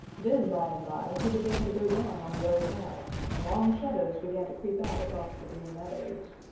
then by and by he began to go down on the other side, and long shadows began to creep out across the green meadows.